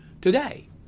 today